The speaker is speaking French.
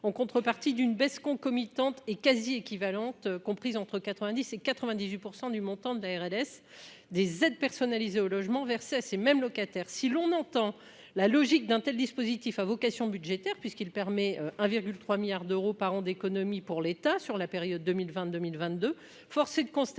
en contrepartie d'une baisse concomitante est quasi équivalente comprises entre 90 et 98 % du montant de la RLS des aides personnalisées au logement versées à ces mêmes locataires, si l'on entend la logique d'un tel dispositif à vocation budgétaire puisqu'il permet un virgule 3 milliards d'euros par an d'économies pour l'État sur la période 2000 22022, force est de constater